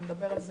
נדבר על זה